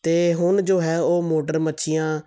ਉਹਤੇ ਹੁਣ ਜੋ ਹੈ ਉਹ ਮੋਟਰ ਮੱਛੀਆਂ